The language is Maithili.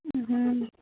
हँ